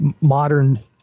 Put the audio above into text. modern